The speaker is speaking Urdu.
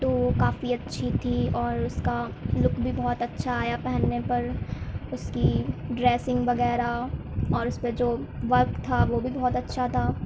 تو وہ کافی اچّھی تھی اور اس کا لک بھی بہت اچھا آیا پہننے پر اس کی ڈریسنگ وغیرہ اور اس پہ جو وقت تھا وہ بھی بہت اچّھا تھا